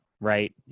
right